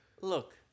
Look